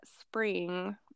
spring